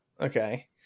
Okay